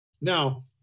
Now